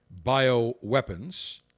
bioweapons